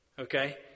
okay